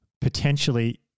potentially